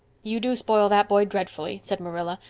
you do spoil that boy dreadfully, said marilla,